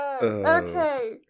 Okay